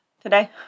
today